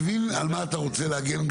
אני מבין על מה אתה רוצה להגן,